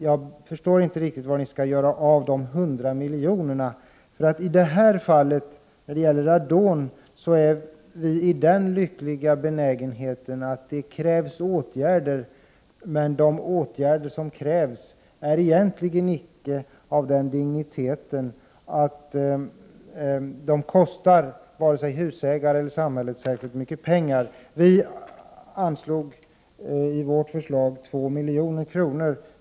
Jag förstår inte riktigt vad ni skall göra av de 100 miljonerna. När det gäller radonproblemen är vi i den lyckliga belägenheten att de åtgärder som krävs icke har den digniteten att de kostar vare sig husägare eller samhälle särskilt mycket pengar. Vi anvisade i vårt förslag 2 milj.kr.